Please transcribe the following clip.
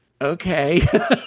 okay